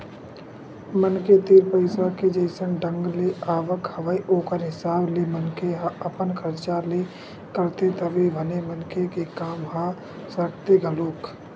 मनखे तीर पइसा के जइसन ढंग ले आवक हवय ओखर हिसाब ले मनखे ह अपन खरचा ल करथे तभे बने मनखे के काम ह सरकथे घलोक